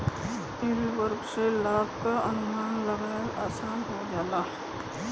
yield curve से लाभ क अनुमान लगाना आसान हो जाला